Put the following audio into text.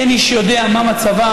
אין איש יודע מה מצבם: